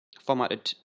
formatted